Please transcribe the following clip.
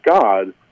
God